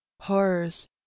Horrors